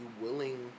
willing